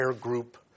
group